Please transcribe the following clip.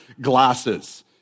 glasses